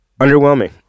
Underwhelming